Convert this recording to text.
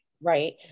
Right